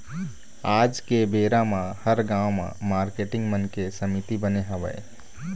आज के बेरा म हर गाँव म मारकेटिंग मन के समिति बने हवय